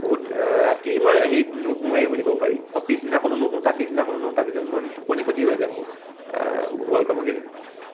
বহুত ৰাতি মই সেই নুশুৱেই বুলি ক'ব পাৰি মই পিছদিনাখনো নুশু তাৰ পিছদিনাখনো নুশু তাৰ পিছদিনা মই টোপনি খতি হৈ যায় মোৰ ৱৰ্ল্ড কাপৰকেইদিন